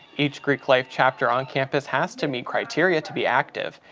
each greek life chapter on campus has to meet criteria to be active.